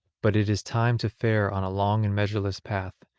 but it is time to fare on a long and measureless path,